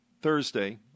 Thursday